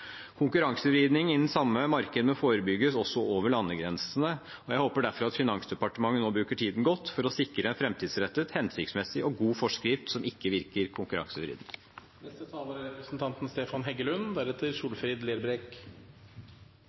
samme marked må forebygges også over landegrensene, og jeg håper derfor at Finansdepartementet nå bruker tiden godt for å sikre en framtidsrettet, hensiktsmessig og god forskrift som ikke virker